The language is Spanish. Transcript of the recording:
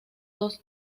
dos